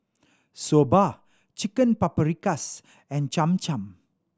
Soba Chicken Paprikas and Cham Cham